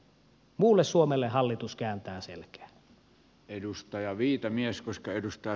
muulle suomelle hallitus kääntää selkää